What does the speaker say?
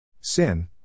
Sin